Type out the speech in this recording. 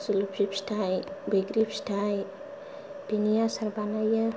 जलपि फिथाइ बैग्रि फिथाइनि आसार बानायो